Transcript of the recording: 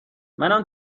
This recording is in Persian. منم